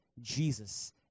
Jesus